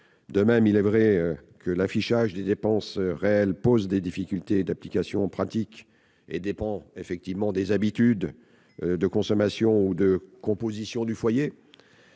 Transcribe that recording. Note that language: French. le DPE. Il est vrai que l'affichage des dépenses réelles pose des difficultés d'application pratiques et dépend des habitudes de consommation ou de la composition du foyer.